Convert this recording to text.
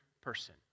person